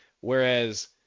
whereas